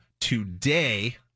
today